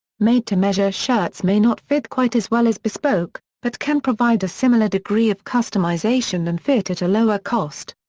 made-to-measure shirts may not fit quite as well as bespoke, but can provide a similar degree of customisation and fit at a lower cost.